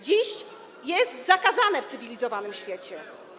Dziś jest to zakazane w cywilizowanym świecie.